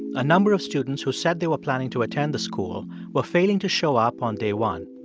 a number of students who said they were planning to attend the school were failing to show up on day one.